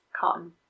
cotton